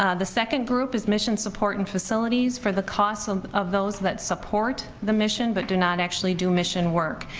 ah the second group is mission support and facilities, for the cost of those that support the mission, but do not actually do mission work.